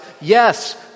Yes